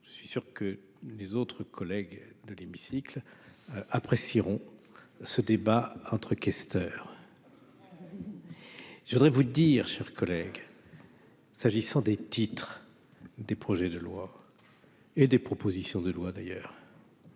je suis sûr que les autres collègues de l'hémicycle apprécieront ce débat entre questeur. Je voudrais vous dire sur collègue s'agissant des titres des projets de loi et des propositions de loi d'ailleurs.